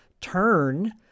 turn